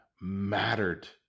mattered